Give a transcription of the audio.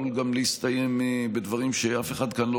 עלול גם להסתיים בדברים שאף אחד כאן לא